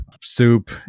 Soup